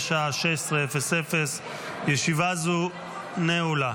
בשעה 16:00. ישיבה זו נעולה.